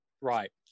Right